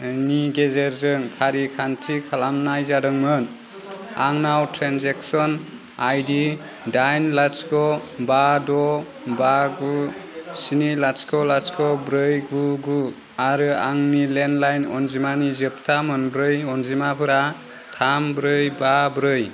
नि गेजेरजों फारिखान्थि खालामनाय जादोंमोन आंनाव ट्रेन्जेक्सन आइदि दाइन लाथिख' बा द' बा गु स्नि लाथिख' लाथिख' ब्रै गु गु आरो आंनि लेन्डलाइन अनजिमानि जोबथा मोनब्रै अनजिमाफोरा थाम ब्रै बा ब्रै